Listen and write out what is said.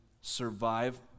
survive